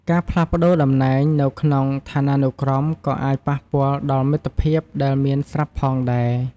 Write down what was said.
ការផ្លាស់ប្តូរតំណែងនៅក្នុងឋានានុក្រមក៏អាចប៉ះពាល់ដល់មិត្តភាពដែលមានស្រាប់ផងដែរ។